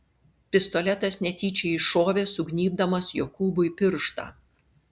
pistoletas netyčia iššovė sugnybdamas jokūbui pirštą